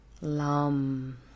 LAM